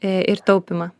ir taupymą